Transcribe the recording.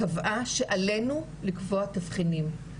קבעה שעלינו לקבוע תבחינים.